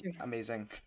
amazing